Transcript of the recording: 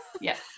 Yes